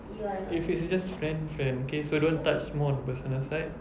if it's just friend friend okay so don't touch more on personal side